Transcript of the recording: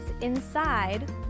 inside